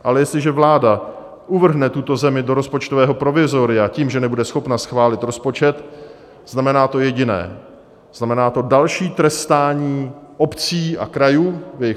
Ale jestliže vláda uvrhne tuto zemi do rozpočtového provizoria tím, že nebude schopna schválit rozpočet, znamená to jediné znamená to další trestání obcí a krajů v jejich rozpočtech.